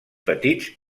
petits